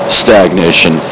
stagnation